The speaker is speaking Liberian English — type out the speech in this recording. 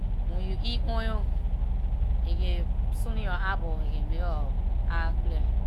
When you eat onion, it can something yor eyeball. It can make yor eyes clear.